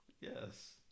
Yes